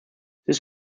this